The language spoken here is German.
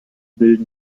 bilden